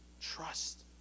trust